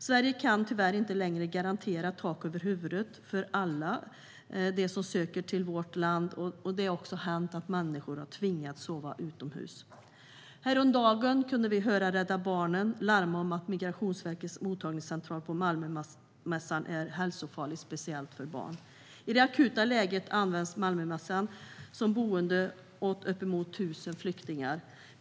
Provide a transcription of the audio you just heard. Sverige kan tyvärr inte längre garantera tak över huvudet för alla dem som söker sig till vårt land. Det har också hänt att människor tvingats sova utomhus. Häromdagen kunde vi höra Rädda Barnen larma om att Migrationsverkets mottagningscentral på Malmömässan är hälsofarlig, speciellt för barnen. I det akuta läget används Malmömässan som boende åt uppemot 1 000 flyktingar.